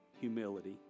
humility